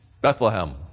Bethlehem